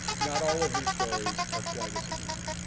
not all of these stories are quite as amusing.